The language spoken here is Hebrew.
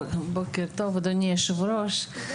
אדוני היושב-ראש, בוקר טוב.